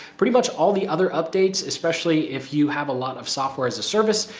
pretty much all the other updates. especially if you have a lot of software as a service,